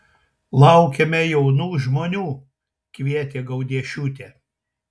laukiame jaunų žmonių kvietė gaudiešiūtė